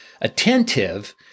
attentive